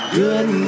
good